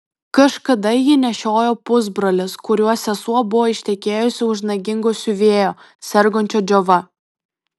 kažkada jį nešiojo pusbrolis kurio sesuo buvo ištekėjusi už nagingo siuvėjo sergančio džiova